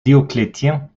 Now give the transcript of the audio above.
dioclétien